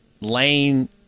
Lane